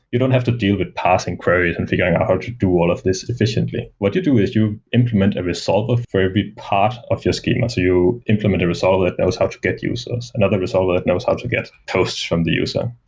you don't have to deal with parsing query and figuring ah how to do all of these efficiently. what you do is you implement a resolver for every part of your schema. you implement a resolver, knows how to get users. another resolver knows how to get codes from the user.